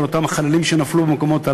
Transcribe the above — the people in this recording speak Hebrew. של אותם חללים שנפלו באותם מקומות,